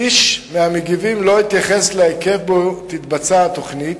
איש מהמגיבים לא התייחס להיקף שבו תתבצע התוכנית,